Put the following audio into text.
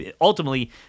ultimately